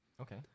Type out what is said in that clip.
Okay